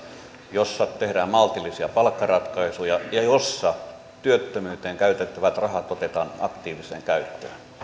jossa tehdään maltillisia palkkaratkaisuja ja jossa työttömyyteen käytettävät rahat otetaan aktiiviseen käyttöön